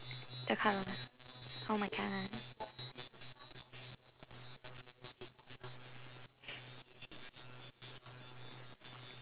the current one oh my current one